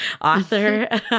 author